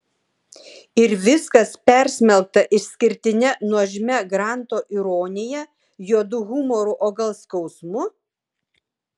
ir viskas persmelkta išskirtine nuožmia granto ironija juodu humoru o gal skausmu